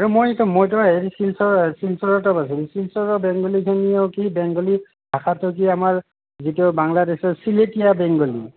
আৰু মইতো মইতো হেৰি শিলচৰ শিলচৰ তাত আছিলোঁ শিলচৰৰ বেংগলিখিনিয়েও কি বেংগলি ভাষাটো যি আমাৰ যিটো বাংলাদেশৰ চিলেটিয়া বেংগলি